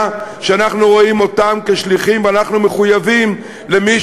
שאנחנו רואים אותם כשליחים ואנחנו מחויבים למי